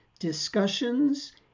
discussions